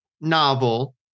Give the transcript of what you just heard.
novel